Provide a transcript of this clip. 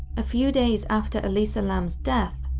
a few days after elisa lam's death,